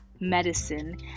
medicine